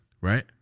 Right